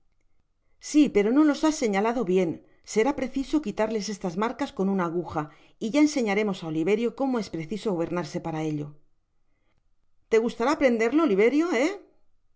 si pero no los bas señalado bien será preciso quitarles estas marcas con una aguja y ya enseñaremos á oliverio como es preciso gobernarse para ello te gustará aprenderlo